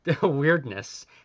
weirdness